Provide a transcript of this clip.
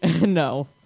No